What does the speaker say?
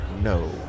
no